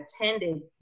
attended